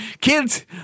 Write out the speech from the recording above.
Kids